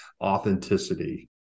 authenticity